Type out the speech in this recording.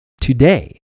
Today